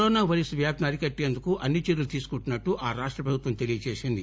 corona virus వ్యాప్తిని అరికట్టేందుకు అన్ని చర్యలు తీసుకుంటున్నట్లు ఆ రాష్ట ప్రభుత్వం తెలీపింది